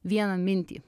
vieną mintį